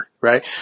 right